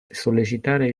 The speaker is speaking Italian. sollecitare